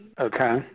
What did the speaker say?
Okay